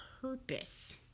purpose